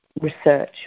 research